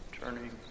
turning